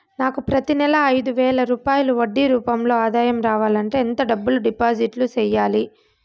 నాకు ప్రతి నెల ఐదు వేల రూపాయలు వడ్డీ రూపం లో ఆదాయం రావాలంటే ఎంత డబ్బులు డిపాజిట్లు సెయ్యాలి?